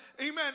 amen